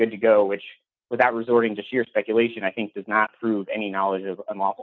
good to go which without resorting to sheer speculation i think does not prove any knowledge